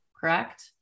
correct